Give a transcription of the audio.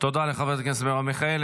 תודה לחברת הכנסת מרב מיכאלי.